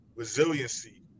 resiliency